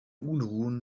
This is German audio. unruhen